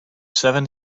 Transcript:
seven